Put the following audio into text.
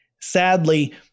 Sadly